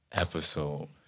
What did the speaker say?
episode